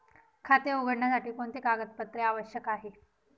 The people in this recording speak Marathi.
खाते उघडण्यासाठी कोणती कागदपत्रे आवश्यक आहे?